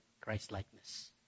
Christ-likeness